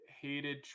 hated